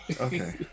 okay